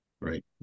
Right